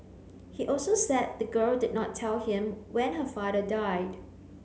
he also said the girl did not tell him when her father died